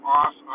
off